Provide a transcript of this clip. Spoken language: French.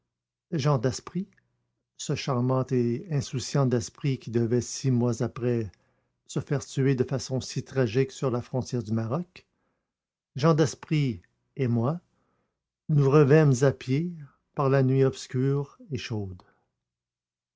jean daspry ce charmant et insouciant daspry qui devait six mois après se faire tuer de façon si tragique sur la frontière du maroc jean daspry et moi nous revînmes à pied par la nuit obscure et chaude